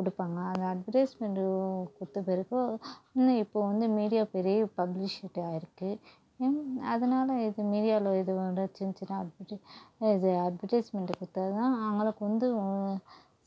கொடுப்பாங்க அந்த அட்வடைஸ்மென்டு கொடுத்த பிறகு இன்னும் இப்போ வந்து மீடியா பெரிய பப்ளிசிட்டி ஆயிருக்குது ம் அதனால் இது மீடியாவில இதுமாதிரி சின்ன சின்ன அட்வடை இது அட்வடைஸ்மென்ட் கொடுத்தாதான் அவங்களுக்கு வந்து